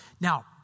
Now